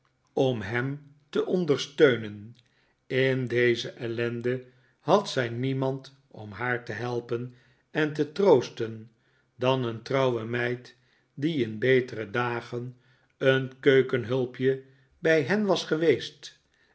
om hem te ondersteunen in deze ellende had zij niemand om haar te helpen en te troosten dan een trouwe meid die in betere dagen een keukenhulpje bij hen was geweest